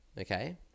Okay